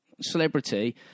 celebrity